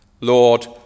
Lord